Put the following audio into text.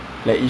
mm